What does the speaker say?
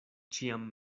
ĉiam